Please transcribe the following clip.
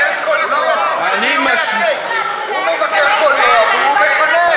הוא מבקר קולנוע והוא מחנך.